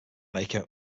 maker